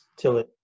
Tillit